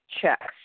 checks